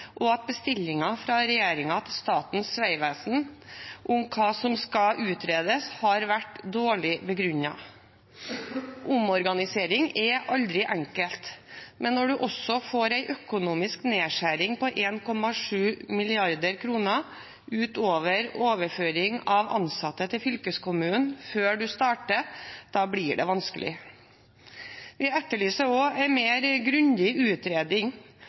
og at bestillingen fra regjeringen til Statens vegvesen om hva som skal utredes, har vært dårlig begrunnet. Omorganisering er aldri enkelt, men når man også får en økonomisk nedskjæring på 1,7 mrd. kr utover overføring av ansatte til fylkeskommunen før man starter, blir det vanskelig. Vi etterlyser også en mer grundig utredning